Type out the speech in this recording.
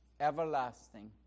everlasting